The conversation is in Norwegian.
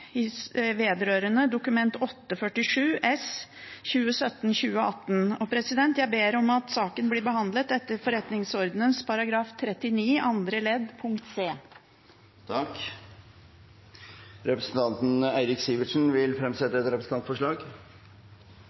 vedrørende Dokument 8:47 S for 2017–2018. Jeg ber om at saken blir behandlet etter forretningsordenens § 39 annet ledd bokstav c. Representanten Eirik Sivertsen vil fremsette et representantforslag.